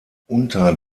unter